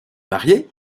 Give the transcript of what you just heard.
marié